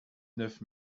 neuf